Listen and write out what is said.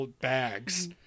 bags